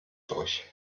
durch